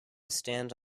stand